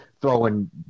throwing